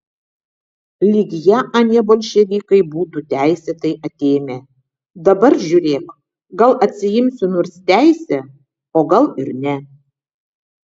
lyg ją anie bolševikai būtų teisėtai atėmę dabar žiūrėk gal atsiimsi nors teisę o gal ir ne